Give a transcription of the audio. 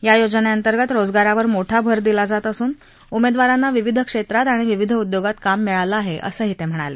या योजनेअंतर्गत रोजगारावर मोठा भर दिला जात असून उमेदवारांना विविध क्षेत्रात आणि विविध उद्योगांत काम मिळालं आहे असंही ते म्हणाले